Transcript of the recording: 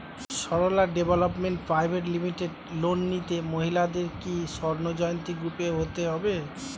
Sarala development private limited loan নিতে মহিলাদের কি স্বর্ণ জয়ন্তী গ্রুপে হতে হবে?